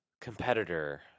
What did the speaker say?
competitor